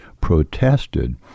protested